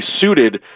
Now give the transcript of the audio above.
suited